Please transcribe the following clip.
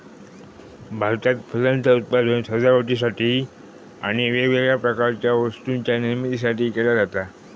भारतात फुलांचा उत्पादन सजावटीसाठी आणि वेगवेगळ्या प्रकारच्या वस्तूंच्या निर्मितीसाठी केला जाता